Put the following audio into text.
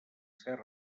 ser